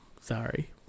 Sorry